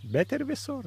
bet ir visur